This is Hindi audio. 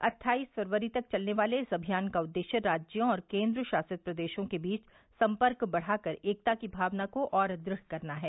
अट्ठाइस फरवरी तक चलने वाले इस अभियान का उद्देश्य राज्यों और केन्द्र शासित प्रदेशों के बीच सम्पर्क बढ़ाकर एकता की भावना को और दढ़ करना है